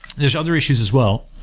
there's other issues as well,